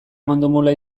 mandomula